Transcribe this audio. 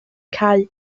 cau